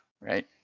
right